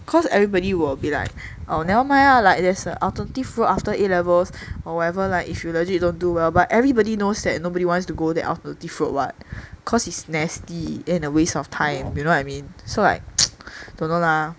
cause everybody will be like oh never mind lah like there's a alternative route after a levels or whatever like if you legit don't do well but everybody knows that nobody wants to go that alternative road [what] cause it's nasty and a waste of time you know what I mean so like I don't know lah